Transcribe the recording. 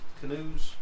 canoes